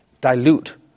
dilute